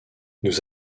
nous